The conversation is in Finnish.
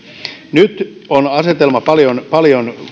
nyt on asetelma paljon paljon